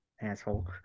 Asshole